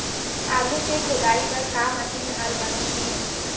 आलू के खोदाई बर का मशीन हर बने ये?